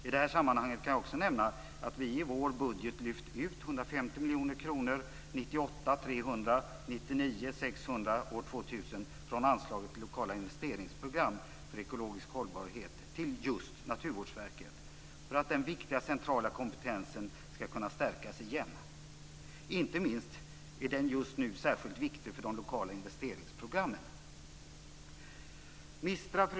I det sammanhanget kan jag också nämna att vi i vår budget lyfter ut 150 miljoner kronor år 1998, 300 miljoner kronor år 1999 och 600 miljoner kronor år 2000 från anslaget till lokala investeringsprogram för ekologisk hållbarhet. Vi för över de pengarna just till Naturvårdsverket för att den viktiga centrala kompetensen återigen skall kunna stärkas. Inte minst är den just nu särskilt viktig för de lokala investeringsprogrammen. Fru talman!